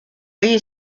you